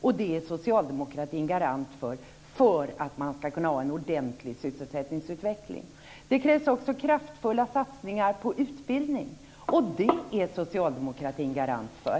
Det är socialdemokratin garant för, för att man ska kunna få en ordentlig sysselsättningsutveckling. Det krävs också kraftfulla satsningar på utbildning. Och det är socialdemokratin garant för.